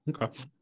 Okay